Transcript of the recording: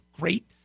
great